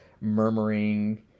murmuring